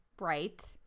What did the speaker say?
Right